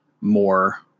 more